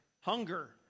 Hunger